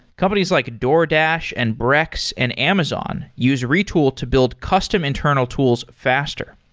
companies like a doordash, and brex, and amazon use retool to build custom internal tools faster.